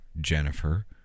Jennifer